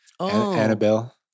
Annabelle